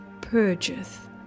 purgeth